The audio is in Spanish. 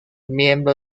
miembro